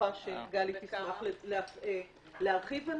בטוחה שגלי תשמח להרחיב על זה.